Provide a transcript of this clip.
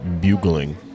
bugling